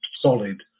solid